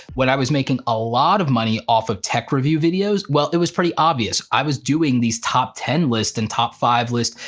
when i was making a lot of money off of tech review videos, well it was pretty obvious, i was doing these top ten lists and top five lists,